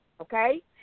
okay